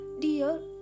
dear